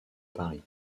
paris